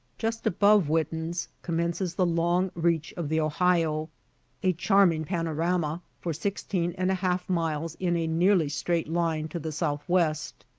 just above witten's commences the long reach of the ohio a charming panorama, for sixteen and a half miles in a nearly straight line to the southwest.